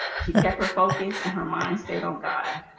she kept her focus and her mind stayed on god